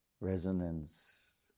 resonance